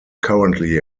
currently